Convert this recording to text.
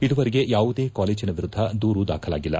ಇದುವರೆಗೆ ಯಾವುದೇ ಕಾಲೇಜನ ವಿರುದ್ದ ದೂರು ದಾಖಲಾಗಿಲ್ಲ